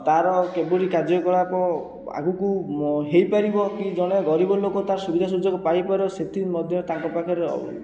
ତା ର କେଭଳି କାର୍ଯ୍ୟକଳାପ ଆଗକୁ ହୋଇପାରିବ କି ଜଣେ ଗରିବ ଲୋକ ତାର ସୁବିଧା ସୁଯୋଗ ପାଇପାରିବ ସେତିକି ମଧ୍ୟ ତାଙ୍କ ପାଖରେ